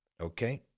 Okay